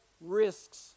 risks